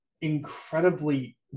incredibly